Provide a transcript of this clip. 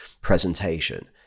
presentation